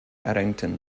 addington